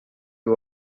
you